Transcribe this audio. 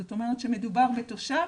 זאת אומרת שמדובר בתושב